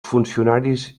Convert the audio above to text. funcionaris